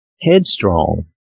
headstrong